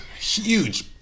Huge